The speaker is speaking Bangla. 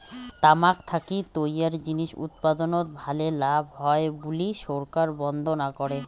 তামাক থাকি তৈয়ার জিনিস উৎপাদনত ভালে লাভ হয় বুলি সরকার বন্ধ না করে